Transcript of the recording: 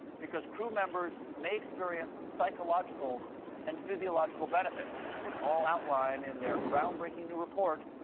because crew members may experience psychological and physiological benefits. it's all outlined in their groundbreaking new report,